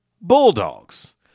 Bulldogs